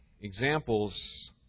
examples